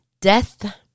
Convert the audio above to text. Death